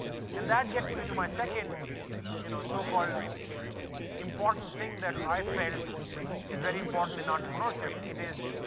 and that gets me to my second you know so called important thing that i felt is very important in entrepreneurship it is